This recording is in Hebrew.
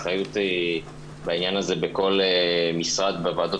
האחריות בעניין הזה בכל משרד בוועדות